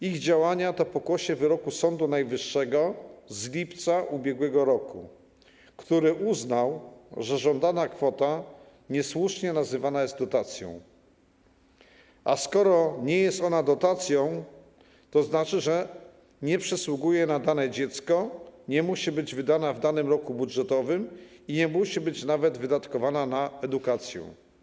Ich działania to pokłosie wyroku Sądu Najwyższego z lipca ub.r., który uznał, że żądana kwota niesłusznie nazywana jest dotacją, a skoro nie jest ona dotacją, to oznacza, że nie przysługuje na dane dziecko, nie musi być wydana w danym roku budżetowym i nawet nie musi być wydatkowana na edukację.